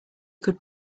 could